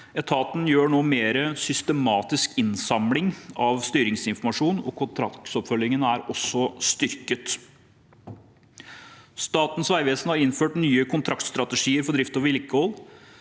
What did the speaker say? Etaten gjør nå mer systematisk innsamling av styringsinformasjon, og kontraktsoppfølgingen er også styrket. Statens vegvesen har innført nye kontraktsstrategier for drift og vedlikehold.